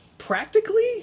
Practically